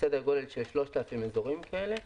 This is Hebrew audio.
בסדר גודל של 3,000 אזורים כאלה.